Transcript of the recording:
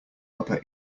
upper